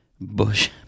Bush